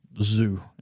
zoo